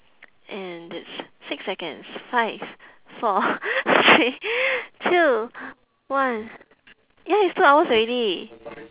and it's six seconds five four three two one ya it's two hours already